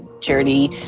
Charity